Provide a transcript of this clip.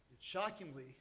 Shockingly